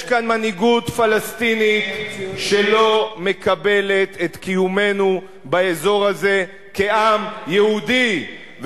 יש כאן מנהיגות פלסטינית שלא מקבלת את קיומנו באזור הזה כעם יהודי.